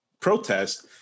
protest